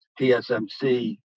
TSMC